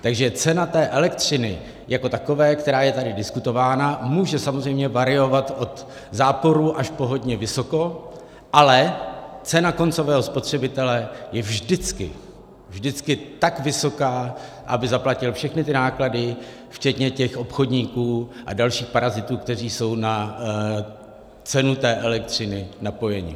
Takže cena elektřiny jako takové, která je tady diskutována, může samozřejmě variovat od záporu až po hodně vysoko, ale cena koncového spotřebitele je vždycky tak vysoká, aby zaplatil všechny náklady, včetně těch obchodníků a dalších parazitů, kteří jsou na cenu elektřiny napojeni.